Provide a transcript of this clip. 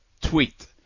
tweet